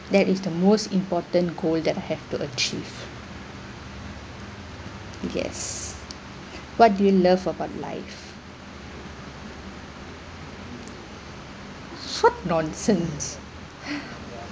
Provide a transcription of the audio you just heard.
that is the most important goal that have to achieve it gets what do you love about life what nonsense